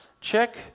Check